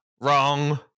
Wrong